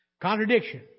Contradiction